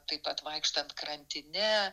taip pat vaikštant krantine